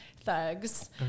thugs